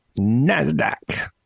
NASDAQ